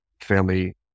family